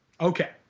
Okay